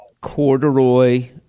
corduroy